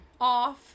off